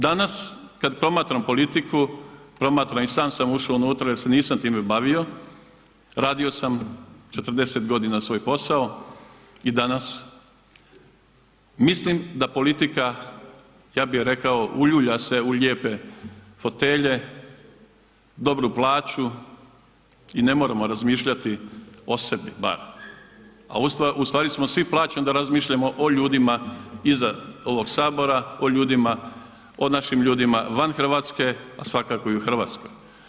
Danas, kad promatram politiku, promatram i sam sam ušao unutra jer se nisam time bavio, radio sam 40 godina svoj posao i danas mislim da politika, ja bih rekao uljulja se u lijepe fotelje, dobru plaću i ne moramo razmišljati o sebi, bar, a ustvari smo svi plaćeni da razmišljamo o ljudima iza ovog Sabora, o ljudima, o našim ljudima van Hrvatske a svakako i u Hrvatskoj.